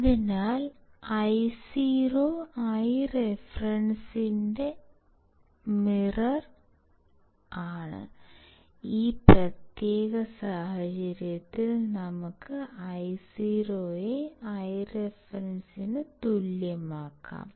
അതിനാൽ Io Ireferenceന്റെ mirror യാണ് ഈ പ്രത്യേക സാഹചര്യത്തിൽ നമുക്ക് Io യെ Ireferenceന് തുല്യമാക്കാം